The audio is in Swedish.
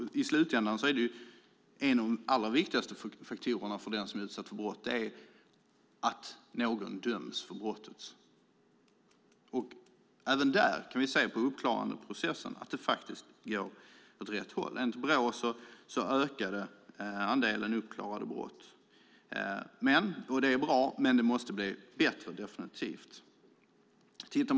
I slutändan är en av de allra viktigaste faktorerna för den som är utsatt för brott att någon döms för brottet. Även där kan vi i uppklarandeprocessen se att det faktiskt går åt rätt håll. Enligt Brå ökade andelen uppklarade brott. Det är bra, men det måste definitivt bli bättre.